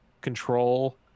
control